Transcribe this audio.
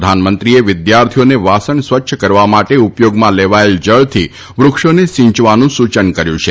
પ્રધાનમંત્રીએ વિદ્યાર્થીઓને વાસણ સ્વચ્છ કરવા માટે ઉપયોગમાં લેવાયેલા જળથી વૃક્ષોને સિંચવાનું સૂચન કર્યું છે